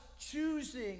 choosing